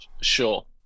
Sure